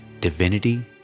divinity